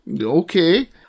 okay